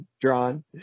drawn